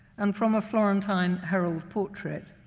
and from a florentine herald portrait,